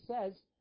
says